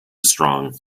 strong